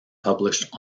published